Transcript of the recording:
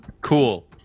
Cool